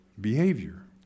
behavior